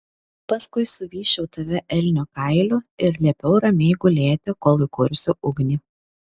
paskui suvysčiau tave elnio kailiu ir liepiau ramiai gulėti kol įkursiu ugnį